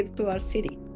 to our city.